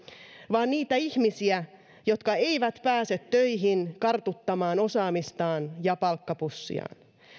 vaan niitä ihmisiä jotka eivät pääse töihin kartuttamaan osaamistaan ja palkkapussiaan